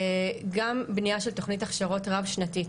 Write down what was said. גם בנייה של תוכנית הכשרות רב-שנתית